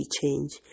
change